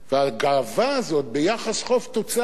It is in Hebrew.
והגאווה הזאת ביחס חוב תוצר,